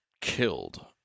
killed